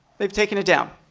they've taken it down.